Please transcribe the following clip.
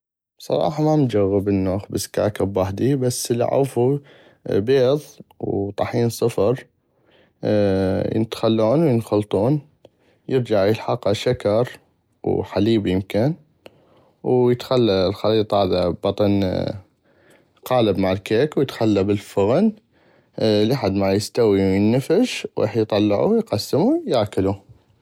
بصراحة ما مجغب انو اخبز كعك بحدي بس الي اعغفو بيض وطحين صفر يتخلون وينخلطون يرجع يلحقها شكر وحليب يمكن ويتخلى الخيط هذا ببطن قالب مال الكيك ويتخلى بل الفغن لحد ما يستوي وينفش ويحد يطلعو ويقسمو وياكلو.